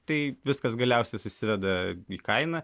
tai viskas galiausiai susiveda į kainą